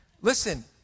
listen